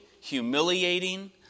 humiliating